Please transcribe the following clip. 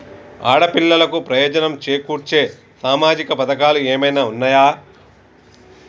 ఆడపిల్లలకు ప్రయోజనం చేకూర్చే సామాజిక పథకాలు ఏమైనా ఉన్నయా?